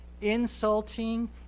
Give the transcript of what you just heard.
insulting